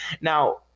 now